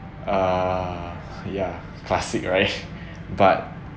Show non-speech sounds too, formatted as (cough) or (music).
uh ya classic right (laughs) but